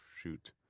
shoot